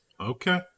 okay